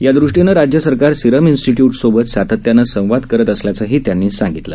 यादृष्टीनं राज्य सरकार सिरम इन्स्टिट्यूटसोबत सातत्यानं संवाद करत असल्याचंही त्यांनी सांगितलं